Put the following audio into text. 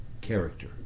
character